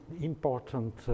important